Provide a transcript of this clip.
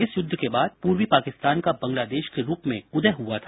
इस युद्व के बाद पूर्वी पाकिस्तान का बंगलादेश के रूप में उदय हुआ था